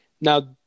Now